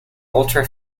ultra